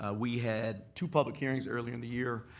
ah we had two public hearings earlier in the year.